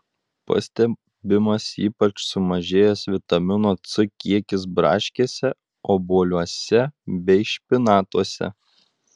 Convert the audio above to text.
pastebimas ypač sumažėjęs vitamino c kiekis braškėse obuoliuose bei špinatuose